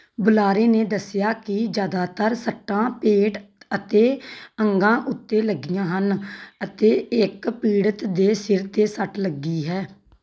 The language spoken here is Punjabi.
ਬੁਲਾਰੇ ਨੇ ਦੱਸਿਆ ਕਿ ਜ਼ਿਆਦਾਤਰ ਸੱਟਾਂ ਪੇਟ ਅਤੇ ਅੰਗਾਂ ਉੱਤੇ ਲੱਗੀਆਂ ਹਨ ਅਤੇ ਇੱਕ ਪੀੜਤ ਦੇ ਸਿਰ 'ਤੇ ਸੱਟ ਲੱਗੀ ਹੈ